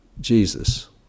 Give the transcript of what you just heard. Jesus